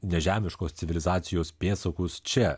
nežemiškos civilizacijos pėdsakus čia